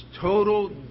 total